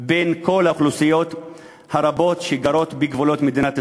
בין כל האוכלוסיות הרבות שגרות בגבולות מדינת ישראל.